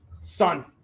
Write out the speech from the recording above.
Son